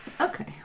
Okay